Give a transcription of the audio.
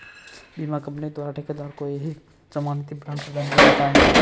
बीमा कंपनी द्वारा ठेकेदार को एक जमानती बांड प्रदान किया जाता है